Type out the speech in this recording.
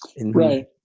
right